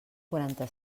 quaranta